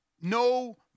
No